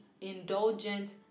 indulgent